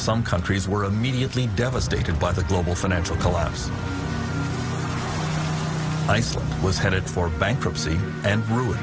some countries were immediately devastated by the global financial collapse i saw was headed for bankruptcy and ruin